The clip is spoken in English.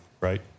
right